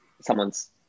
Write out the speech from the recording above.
someone's